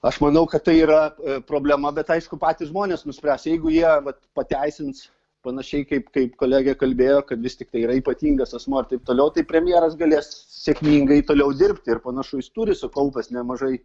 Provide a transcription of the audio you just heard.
aš manau kad tai yra problema bet aišku patys žmonės nuspręs jeigu jie vat pateisins panašiai kaip kaip kolegė kalbėjo kad vis tiktai yra ypatingas asmuo ir taip toliau tai premjeras galės sėkmingai toliau dirbti ir panašu jis turi sukaupęs nemažai